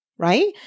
Right